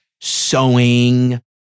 sewing